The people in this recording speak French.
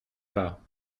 pas